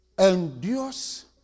endures